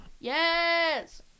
yes